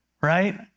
right